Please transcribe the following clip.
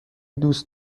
دوست